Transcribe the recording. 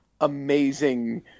amazing